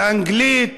על אנגלית.